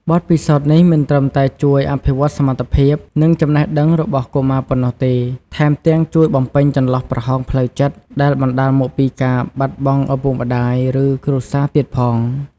បទពិសោធន៍នេះមិនត្រឹមតែជួយអភិវឌ្ឍសមត្ថភាព និងចំណេះដឹងរបស់កុមារប៉ុណ្ណោះទេ ថែមទាំងជួយបំពេញចន្លោះប្រហោងផ្លូវចិត្ត ដែលបណ្ដាលមកពីការបាត់បង់ឪពុកម្ដាយ ឬគ្រួសារទៀតផង។